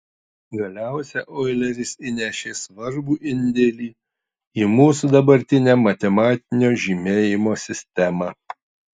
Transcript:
galiausia oileris įnešė svarbų indėlį į mūsų dabartinę matematinio žymėjimo sistemą